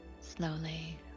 slowly